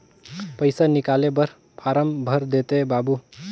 पइसा निकाले बर फारम भर देते बाबु?